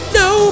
no